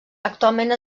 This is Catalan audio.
actualment